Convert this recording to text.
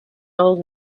old